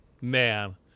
man